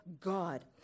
God